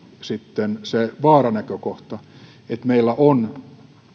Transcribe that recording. sitten se vaaranäkökohta että meillä on